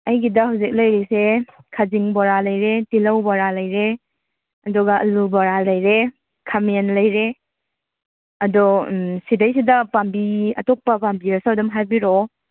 ꯑꯩꯒꯤꯗ ꯍꯧꯖꯤꯛ ꯂꯩꯔꯤꯁꯦ ꯈꯥꯖꯤꯡ ꯕꯣꯔꯥ ꯂꯩꯔꯦ ꯇꯤꯜꯂꯧ ꯕꯣꯔꯥ ꯂꯩꯔꯦ ꯑꯗꯨꯒ ꯑꯂꯨ ꯕꯣꯔꯥ ꯂꯩꯔꯦ ꯈꯥꯃꯦꯟ ꯂꯩꯔꯦ ꯑꯗꯣ ꯁꯤꯗꯩꯁꯤꯗ ꯄꯥꯝꯕꯤ ꯑꯇꯣꯞꯄ ꯄꯥꯝꯕꯤꯔꯁꯨ ꯑꯗꯨꯝ ꯍꯥꯏꯕꯤꯔꯛꯑꯣ